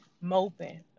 moping